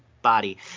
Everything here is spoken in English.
body